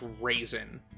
raisin